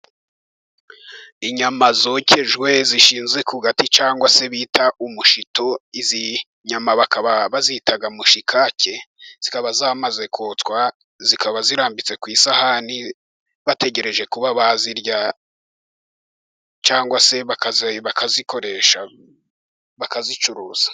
Inyama zokejwe zishinze ku gati cyangwa se bita umushito. Izi nyama bakaba bazita mushikake, zikaba zamaze kotswa, zikaba zirambitse ku isahani bategereje kuba bazirya, cyangwa se bakazikoresha, bakazicuruza.